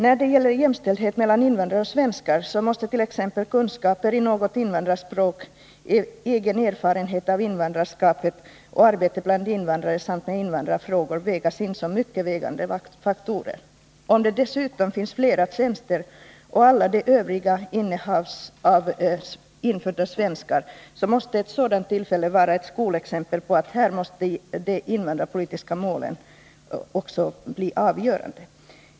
När det gäller jämställdhet mellan invandrare och svenskar, så måste t.ex. kunskaper i något invandrarspråk, egen erfarenhet av invandrarskapet samt arbete bland invandrare och med invandrarfrågor vägas in som mycket viktiga faktorer. Om det dessutom finns flera tjänster att tillsätta och alla de övriga innehas av infödda svenskar, så måste ett sådant tillfälle vara ett skolexempel på att här måste de invandrarpolitiska målen också bli avgörande.